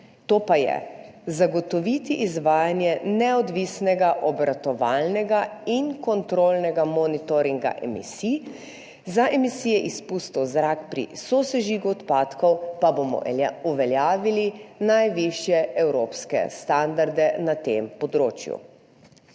To pa je: zagotoviti izvajanje neodvisnega obratovalnega in kontrolnega monitoringa emisij, za emisije izpustov v zrak pri sosežigu odpadkov pa bomo uveljavili najvišje evropske standarde na tem področju.